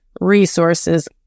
resources